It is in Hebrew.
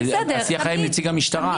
השיח היה עם נציג המשטרה.